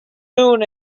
moon